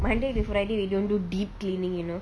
monday to friday we don't do deep cleaning you know